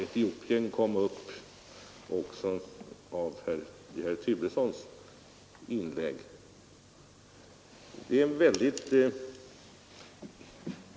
Etiopien berördes också i herr Turessons inlägg.